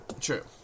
True